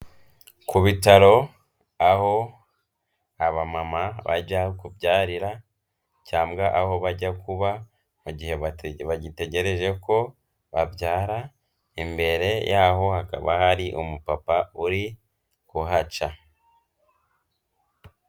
Ku bitaro aho abamama bajya kubyarira cyangwa aho bajya kuba mu gihe bagitegereje ko babyara, imbere yaho hakaba hari umupapa uri kuhaca.